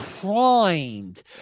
primed